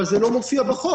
אבל זה לא מופיע בחוק.